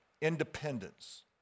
independence